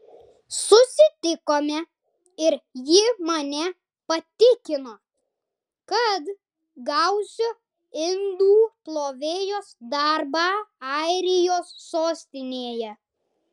susitikome ir ji mane patikino kad gausiu indų plovėjos darbą airijos sostinėje